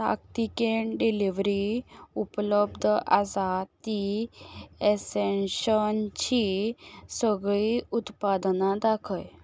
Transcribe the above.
ताकतिकेन डिलिव्हरी उपलब्ध आसात ती ॲसेन्शनची सगळीं उत्पादनां दाखय